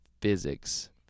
Physics